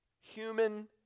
human